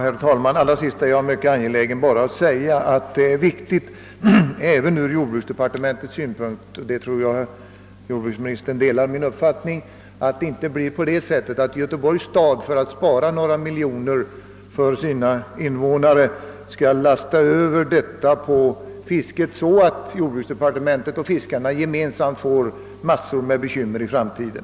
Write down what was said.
Herr talman! Det är viktigt även från jordbruksdepartementets synpunkt — och det tror jag att jordbruksministern håller med mig om — att inte Göteborgs stad för att spara några miljoner. för sina invånare överlåter åt fiskarna att genom förlorade fångster betala priset. Om så blir fallet kommer jordbruksdepartementet och fiskarna gemensamt att få massor med bekymmer i framtiden.